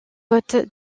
côte